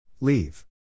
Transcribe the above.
Leave